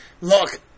Look